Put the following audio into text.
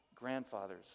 grandfathers